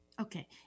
okay